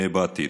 בעתיד.